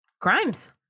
Crimes